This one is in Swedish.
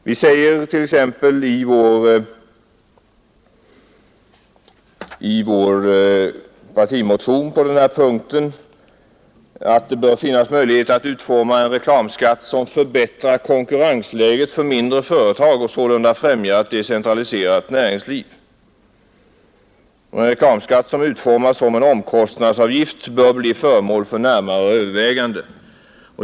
Vi säger t.ex. i vår partimotion på denna punkt: ”Det bör finnas möjligheter att utforma en reklamskatt som förbättrar konkurrensläget för mindre företag och sålunda främjar ett decentraliserat näringsliv. En reklamskatt som utformas som en omkostnadsavgift bör bli föremål för närmare övervägande.